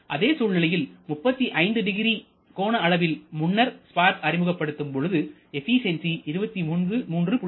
இதே சூழ்நிலையில் 350 கோண அளவில் முன்னர் ஸ்பார்க் அறிமுகப்படுத்தப்படும் பொழுது எபிசென்சி 23